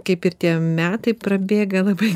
kaip ir tie metai prabėga labai